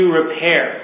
repair